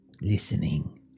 listening